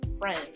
friends